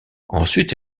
ensuite